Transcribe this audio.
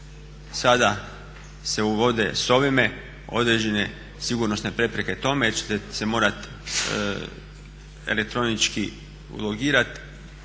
Sada se uvode s ovime određene sigurnosne prepreke tome jer ćete se morat elektronički ulogirati,